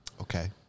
Okay